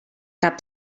cap